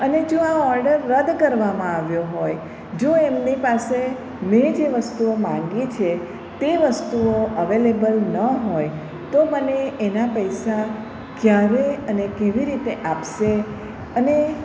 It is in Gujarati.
અને જો આ ઓર્ડર રદ કરવામાં આવ્યો હોય જો એમની પાસે મેં જે વસ્તુઓ માગી છે તે વસ્તુઓ અવેલેબલ ન હોય તો મને એના પૈસા ક્યારે અને કેવી રીતે આપશે અને